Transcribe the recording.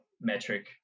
metric